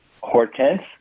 Hortense